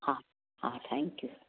हा हा थैंकयू